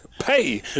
pay